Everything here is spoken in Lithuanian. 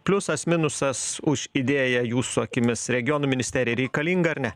pliusas minusas už idėją jūsų akimis regionų ministerija reikalinga ar ne